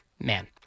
Man